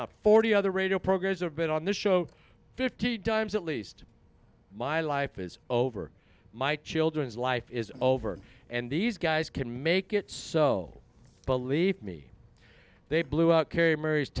of forty other radio programs have been on the show fifty dimes at least my life is over my children's life is over and these guys can make it so believe me they blew out kerry